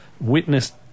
witnessed